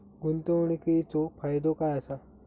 गुंतवणीचो फायदो काय असा?